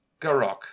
Garok